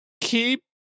keep